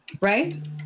Right